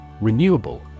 Renewable